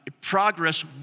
Progress